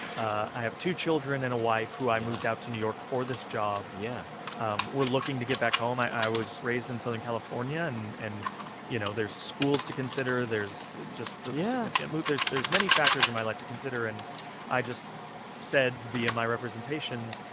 i have two children and a wife who i moved out to new york for this job yeah um we're looking to get back home. i i was raised in southern california. and and, you know, there's schools to consider. there's just the. yeah. significant move. there's there's many factors in my life to consider. and i just said via my representation,